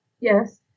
Yes